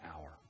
hour